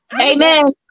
Amen